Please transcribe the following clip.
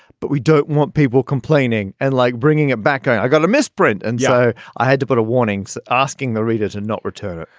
but we don't want people complaining. and like bringing it back, i got a misprint. and so yeah i had to put a warnings asking the reader to not return it.